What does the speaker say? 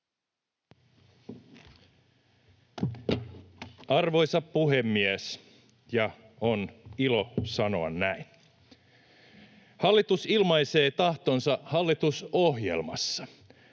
Arvoisa puhemies! — Ja on ilo sanoa näin. — Hallitus ilmaisee tahtonsa hallitusohjelmassa.